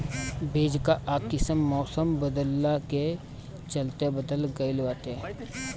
बीज कअ किस्म मौसम बदलला के चलते बदल गइल बाटे